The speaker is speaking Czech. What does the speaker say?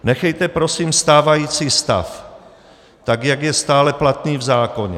Nechejte prosím stávající stav tak, jak je stále platný v zákoně.